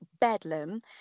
bedlam